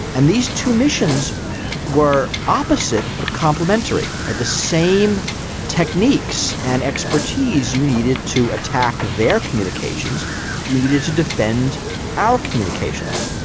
and these two missions were opposite but complimentary. the same techniques and expertise you needed to attack their communications you needed to defend our communications.